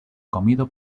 comido